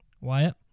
Wyatt